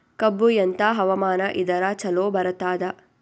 ಕಬ್ಬು ಎಂಥಾ ಹವಾಮಾನ ಇದರ ಚಲೋ ಬರತ್ತಾದ?